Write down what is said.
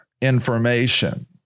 information